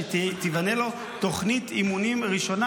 שתיבנה לו תוכנית אימונים ראשונה,